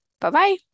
Bye-bye